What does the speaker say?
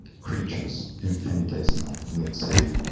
creatures, infinitesimal, let's say,